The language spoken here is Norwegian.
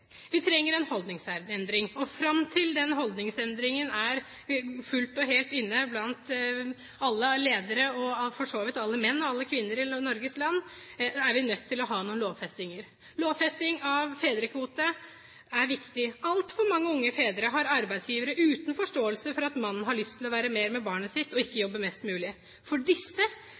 Vi trenger en holdningsendring. Fram til den holdningsendringen er fullt og helt inne blant alle ledere – og for så vidt blant alle menn og alle kvinner i Norges land – er vi nødt til å ha noen lovfestinger. Lovfesting av fedrekvote er viktig. Altfor mange unge fedre har arbeidsgivere uten forståelse for at mannen har lyst til å være mer sammen med barnet sitt og ikke jobbe mest mulig. For disse